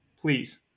Please